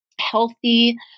healthy